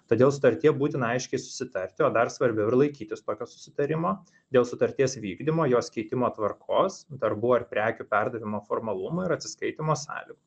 todėl sutartyje būtina aiškiai susitarti o dar svarbiau ir laikytis tokio susitarimo dėl sutarties vykdymo jos keitimo tvarkos darbų ar prekių perdavimo formalumų ir atsiskaitymo sąlygų